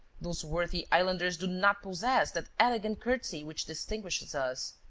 those worthy islanders do not possess that elegant courtesy which distinguishes us.